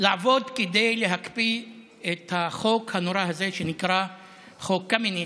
לעבוד כדי להקפיא את החוק הנורא הזה שנקרא חוק קמיניץ,